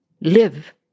live